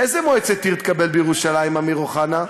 איזה מועצת עיר תקבל בירושלים, אמיר אוחנה?